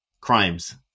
crimes